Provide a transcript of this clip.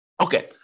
Okay